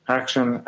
action